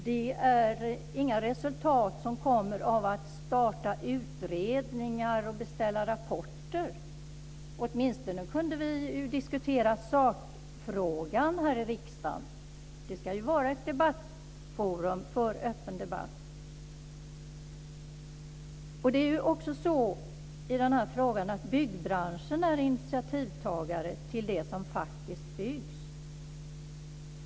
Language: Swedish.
Det kommer inga resultat av att starta utredningar och beställa rapporter. Åtminstone kunde vi diskutera sakfrågan här i riksdagen. Den ska ju vara ett forum för öppen debatt. Det är också så att byggbranschen är initiativtagare till det som faktiskt byggs.